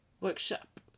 workshop